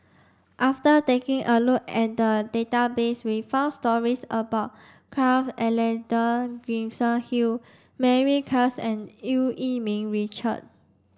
after taking a look at database we found stories about Carl Alexander Gibson Hill Mary Klass and Eu Yee Ming Richard